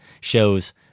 shows